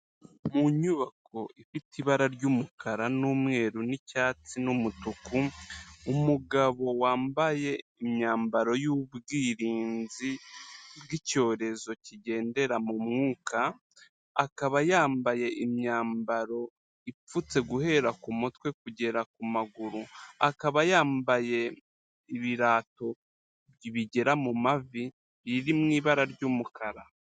Mu nyubako ifite ibara ry'umukara n'umweru n'icyatsi n'umutuku, umugabo wambaye imyambaro y'ubwirinzi bw'icyorezo kigendera mu mwuka, akaba yambaye imyambaro ipfutse guhera ku mutwe kugera ku maguru, akaba yambaye ibirato bigera mu mavi biri mu ibara ry'umukara.